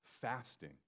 fasting